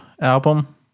Album